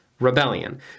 Rebellion